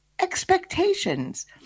expectations